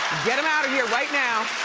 get him out of here right now.